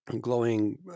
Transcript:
glowing